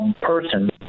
person